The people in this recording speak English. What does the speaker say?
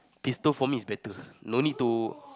pistol for me is better no need to